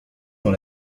dans